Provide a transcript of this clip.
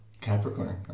Capricorn